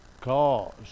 cause